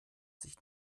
sich